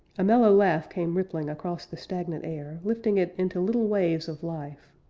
a mellow laugh came rippling across the stagnant air, lifting it into little waves of life.